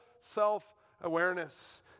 self-awareness